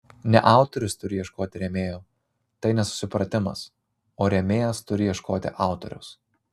ne autorius turi ieškoti rėmėjo tai nesusipratimas o rėmėjas turi ieškoti autoriaus